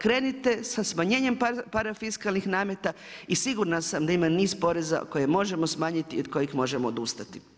Krenite sa smanjenjem parafiskalnih nameta i sigurna sam da ima niz poreza koje možemo smanjiti i od kojih možemo odustati.